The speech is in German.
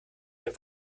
ihr